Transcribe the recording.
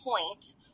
point